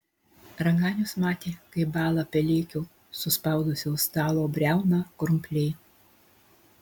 raganius matė kaip bąla pelėkio suspaudusio stalo briauną krumpliai